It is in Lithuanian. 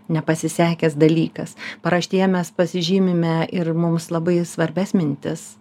nepasisekęs dalykas paraštėje mes pasižymime ir mums labai svarbias mintis